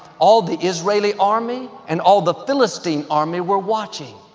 all the israeli army and all the philistine army were watching.